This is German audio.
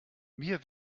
wir